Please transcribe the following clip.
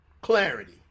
clarity